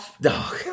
dog